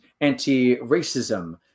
anti-racism